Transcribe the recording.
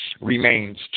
remains